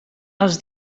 els